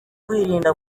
kwirinda